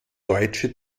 deutsche